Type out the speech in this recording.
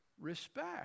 respect